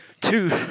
two